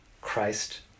Christ